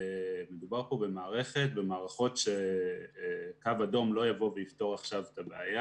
מדובר פה במערכות שקו אדום לא יבוא ויפתור עכשיו את הבעיה.